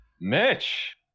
Mitch